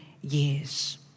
years